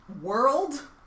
World